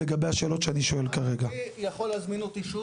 כל יום שאני משלם הוצאה שכבר עליתי עליה שהיא לא לצורך,